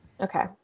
Okay